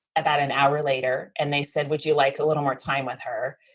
about an hour later and they said, would you like a little more time with her?